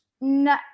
no